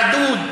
רדוד,